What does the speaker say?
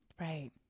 Right